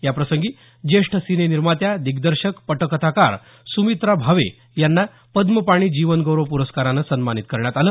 याप्रसंगी ज्येष्ठ सिने निर्मात्या दिग्दर्शक पटकथाकार सुमित्रा भावे यांना पद्मपाणि जीवनगौरव प्रस्कारानं सन्मानित करण्यात आलं